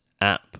app